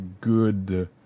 good